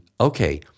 okay